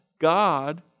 God